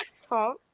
top